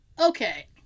okay